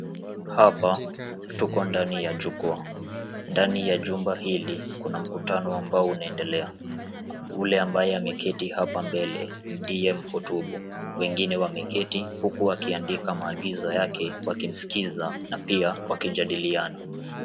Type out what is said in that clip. Hapa tuko ndani ya jukwaa ndani ya jumba hili kuna mkutano ambao unaendelea ule ambaye ameketi hapa mbele ndiye mhutubu wengine wameketi huku wakiandika maagiza yake wakimsikiza na pia wakijadiliana